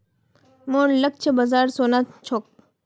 मोर लक्ष्य बाजार सोना छोक